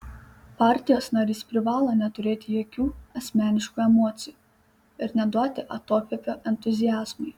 partijos narys privalo neturėti jokių asmeniškų emocijų ir neduoti atokvėpio entuziazmui